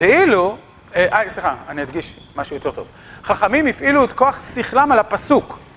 הפעילו, אה סליחה, אני אדגיש משהו יותר טוב, חכמים הפעילו את כוח שכלם על הפסוק.